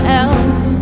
else